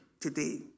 today